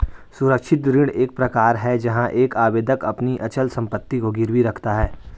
सुरक्षित ऋण एक प्रकार है जहां एक आवेदक अपनी अचल संपत्ति को गिरवी रखता है